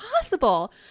possible